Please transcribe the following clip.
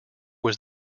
was